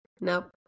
Nope